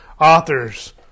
authors